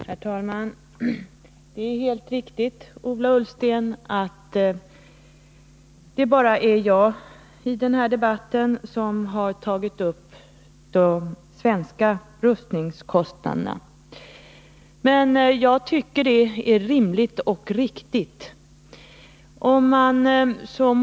Herr talman! Det är helt riktigt, Ola Ullsten, att det bara är jag i den här debatten som har tagit upp de svenska rustningskostnaderna, men jag tycker det är rimligt och riktigt att göra det.